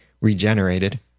regenerated